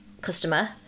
customer